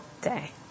day